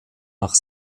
nach